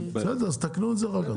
בסדר, תתקנו את זה אחר כך.